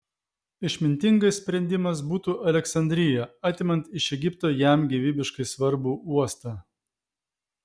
išmintingas sprendimas būtų aleksandrija atimant iš egipto jam gyvybiškai svarbų uostą